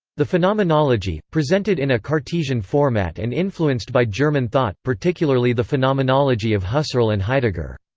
the phenomenology, presented in a cartesian format and influenced by german thought, particularly the phenomenology of husserl and heidegger.